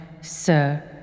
Sir